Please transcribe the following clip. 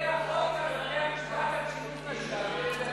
זה החוק לבתי-המשפט, על שילוב נשים.